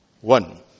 one